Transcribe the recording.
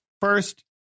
First